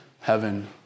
heaven